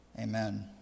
Amen